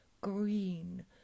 green